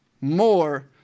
more